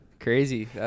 Crazy